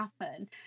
happen